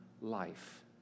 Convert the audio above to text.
life